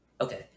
okay